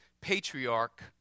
patriarch